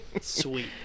Sweet